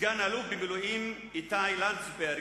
סגן-אלוף במילואים איתי לנדסברג,